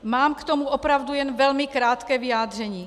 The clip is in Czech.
Mám k tomu opravdu jen velmi krátké vyjádření.